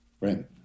right